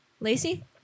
Lacey